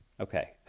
Okay